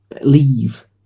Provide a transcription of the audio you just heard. leave